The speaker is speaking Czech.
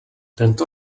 tento